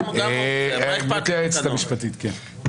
גברתי היועצת המשפטית, כן.